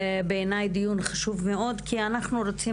בעיניי זה דיון חשוב מאוד כי אנחנו רוצים